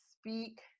speak